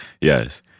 Yes